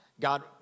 God